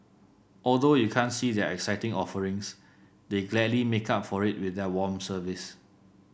although you can't see their exciting offerings they gladly make up for it with their warm service